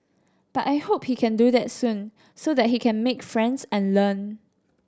but I hope he can do that soon so that he can make friends and learn